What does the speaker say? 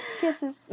Kisses